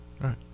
right